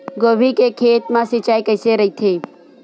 गोभी के खेत मा सिंचाई कइसे रहिथे?